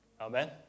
Amen